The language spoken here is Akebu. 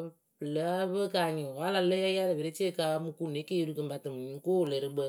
wǝ pɨ lǝ́ǝ pɨ kanyɩŋ wǝ a láa yaalɨ perecee ka mu komukune keeriwu kɨŋ pǝtɨ mɨŋ ko wɨlɨrɨkpǝ.